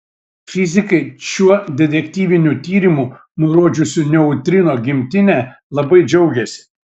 fizikai šiuo detektyviniu tyrimu nurodžiusiu neutrino gimtinę labai džiaugiasi